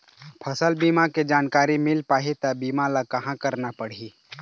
फसल बीमा के जानकारी मिल पाही ता बीमा ला कहां करना पढ़ी?